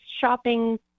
shopping